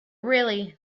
really